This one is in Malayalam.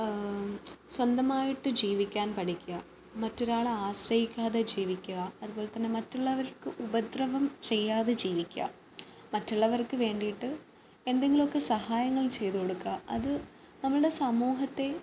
സ്വന്തമായിട്ട് ജീവിക്കാൻ പഠിക്കുക മറ്റൊരാളെ ആശ്രയിക്കാതെ ജീവിക്കുക അതുപോലെ തന്നെ മറ്റുള്ളവർക്ക് ഉപദ്രവം ചെയ്യാതെ ജീവിക്കുക മറ്റുള്ളവർക്ക് വേണ്ടിയിട്ട് എന്തെങ്കിലുമൊക്കെ സഹായങ്ങൾ ചെയ്ത് കൊടുക്കുക അത് നമ്മുടെ സമൂഹത്തെ